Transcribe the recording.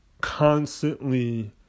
constantly